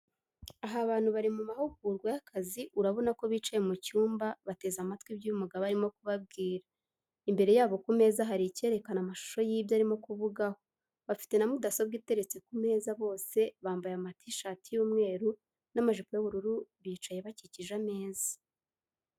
Aha abantu bari mumahugurwa yakazi urabona kobicaye mucyumba bateze amatwi ibyo uyu mugabo arimo kubabwira imbere yabo kumeze hari icyerekana amashusho yibyo arimo kuvugaho bafite namudasobwa iteretse kumeza bose bamabaye amatishati y,umweru namajipo yubururu bicaye bakikije ameze.